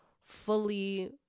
fully